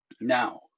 Now